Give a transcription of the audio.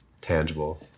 tangible